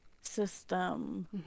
system